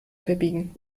verbiegen